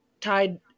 tied